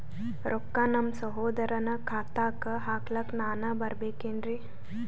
ರೊಕ್ಕ ನಮ್ಮಸಹೋದರನ ಖಾತಾಕ್ಕ ಹಾಕ್ಲಕ ನಾನಾ ಬರಬೇಕೆನ್ರೀ?